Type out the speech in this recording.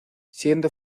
siendo